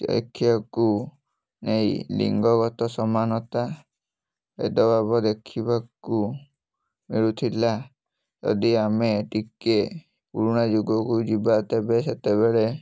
ଶିକ୍ଷାକୁ ନେଇ ଲିଙ୍ଗଗତ ସମାନତା ଭେଦଭାବ ଦେଖିବାକୁ ମିଳୁଥିଲା ଯଦି ଆମେ ଟିକେ ପୁରୁଣା ଯୁଗକୁ ଯିବା ତେବେ ସେତେବେଳେ